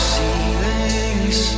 ceilings